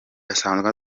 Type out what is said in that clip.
asanzwe